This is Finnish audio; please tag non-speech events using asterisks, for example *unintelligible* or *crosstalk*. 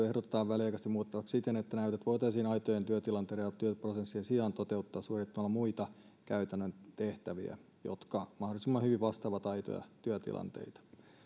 *unintelligible* ehdotetaan väliaikaisesti muutettavaksi siten että näytöt voitaisiin aitojen työtilanteiden ja työprosessien sijaan toteuttaa suorittamalla muita käytännön tehtäviä jotka mahdollisimman hyvin vastaavat aitoja työtilanteita